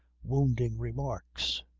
wounding remarks.